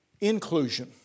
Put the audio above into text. Inclusion